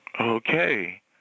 Okay